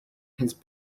his